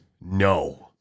No